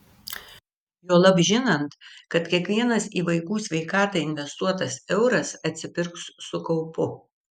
juolab žinant kad kiekvienas į vaikų sveikatą investuotas euras atsipirks su kaupu